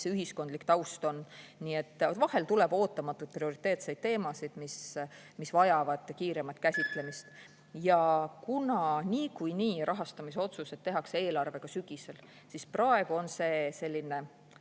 ühiskondlik taust on. Nii et vahel tuleb ootamatuid prioriteetseid teemasid, mis vajavad kiiremat käsitlemist. Ja kuna niikuinii rahastamisotsused tehakse eelarvega sügisel, siis praegu on see